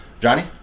Johnny